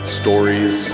stories